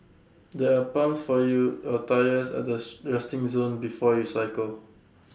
there are pumps for your A tyres at the resting zone before you cycle